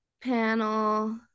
panel